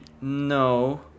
No